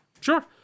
Sure